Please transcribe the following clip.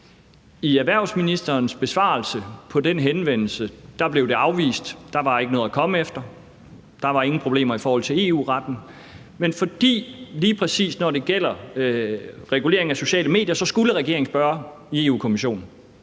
I erhvervsministerens besvarelse på den henvendelse blev det afvist – der var ikke noget at komme efter, der var ingen problemer i forhold til EU-retten. Men lige præcis fordi det gjaldt regulering af sociale medier, skulle regeringen spørge Europa-Kommissionen.